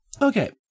Okay